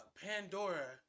Pandora